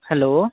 hello